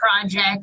Project